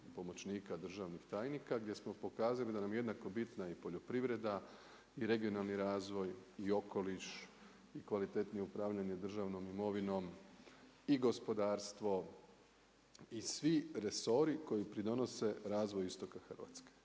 pomoćnika, državnih tajnika, gdje smo pokazali da nam je jednako bitna i poljoprivreda i regionalni razvoj i okoliš i kvalitetnije upravljanje državnom imovino i gospodarstvo i svi resori koji pridonose razvoju istoka Hrvatske.